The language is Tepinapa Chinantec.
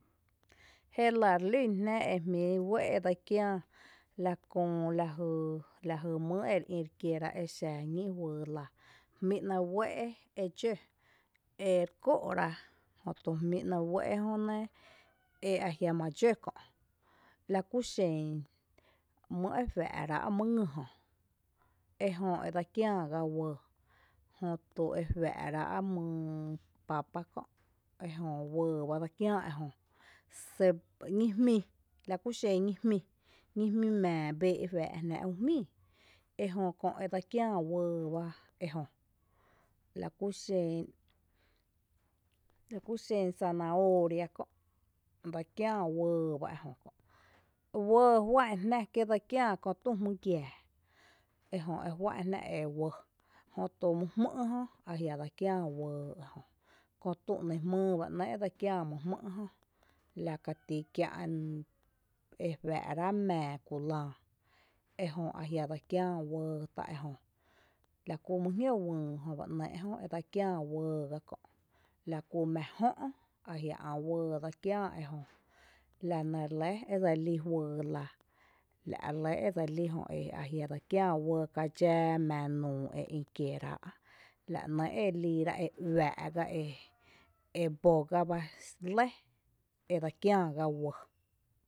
jélⱥ relún jná ejmí' ué' edse kiää la Köö mýyý ere ï rekiéra exa ñí' juyylⱥ jmí' 'nɇɇ uée' e dxǿ ere kóo'rá jötu jmí' 'né' ué' jönɇ e ajia' ma dxǿ kö'. Láku xen mýyý e juaa' rá' mý ngý jö, ejö edse kiää ga uɇɇ, jötu ejuaa' rá' mý pápa kö' ejö uɇɇ bá dse kiää ejö kö' ceb ñíjmí, la kúxen ñíjmí mⱥⱥ béé' juá' jná' ju jmíií, ejö kö' edse kiää uɇɇ ba ejö lakú xen, lakú xen zanahooria kö' dse kiää uɇɇ ba ejö, uɇɇ juá'n jná kí dse kiää köö tü jmígiaa ejö e juá'n jná e uɇɇ jotü myjmý' jö a jiä' dse kiää uɇɇ jö köö tü 'ny jmýý ba 'nɇ' dse kiää myjmý' jö lakatí kiä' e juá'rá' mⱥⱥ kulⱥⱥ ejö a jiä' dse kiää uɇɇ tá ejö, lakú mý jñǿǿ uÿÿ jöba nɇ' jö edse kiää uɇɇ ga kö', lakú mⱥⱥ jö' ajia' ä' uɇɇ dse kiää ejö la nɇ relɇ edse lí juyy lⱥ la' relɇ edse lí jö a jia? dse kiää uɇɇ kadxáa määnuu eï kierá' la 'nɇ' e liira e uⱥⱥ' ga e boga bá lɇ edse kiää ga uɇɇ.